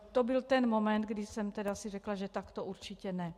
To byl ten moment, kdy jsem si řekla, že takto určitě ne.